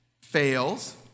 fails